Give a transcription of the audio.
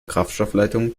kraftstoffleitungen